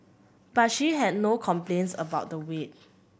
but she had no complaints about the wait